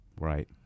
Right